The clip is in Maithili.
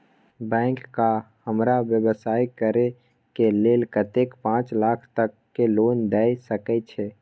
बैंक का हमरा व्यवसाय करें के लेल कतेक पाँच लाख तक के लोन दाय सके छे?